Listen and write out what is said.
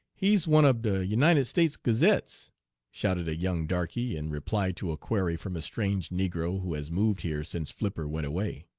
he's one ob de united states gazettes shouted a young darkey, in reply to a query from a strange negro who has moved here since flipper went away.